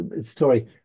story